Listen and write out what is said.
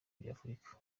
by’afurika